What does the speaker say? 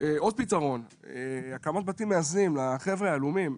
עוד פתרון, הקמת בתים מאזנים לחבר'ה ההלומים.